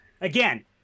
again